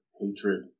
hatred